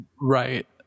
right